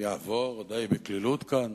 יעבור די בקלילות כאן,